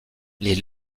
les